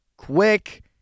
Quick